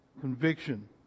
conviction